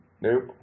nope